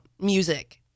music